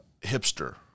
hipster